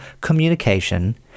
communication